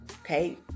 Okay